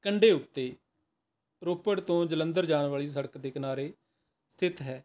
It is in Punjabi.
ਕੰਢੇ ਉੱਤੇ ਰੋਪੜ ਤੋਂ ਜਲੰਧਰ ਜਾਣ ਵਾਲੀ ਸੜਕ ਦੇ ਕਿਨਾਰੇ ਸਥਿਤ ਹੈ